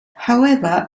however